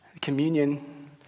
communion